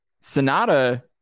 sonata